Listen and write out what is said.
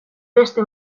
beste